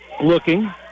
Looking